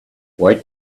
wait